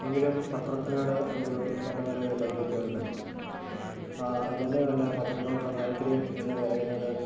എങ്കിലും പത്രത്തിനോട് ഒരു പണ്ട് മുതലേ ഒരു പ്രതിപത്യമുണ്ട് അതു തന്നെയുമല്ല പത്രത്തിനോടുള്ള താൽപര്യം എന്നു പറയുന്നത്